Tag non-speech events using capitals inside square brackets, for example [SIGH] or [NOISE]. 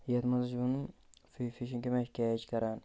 یَتھ منٛز [UNINTELLIGIBLE] فی فِشِنٛگ کَمہِ آیہِ چھِ کیچ کَران